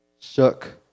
shook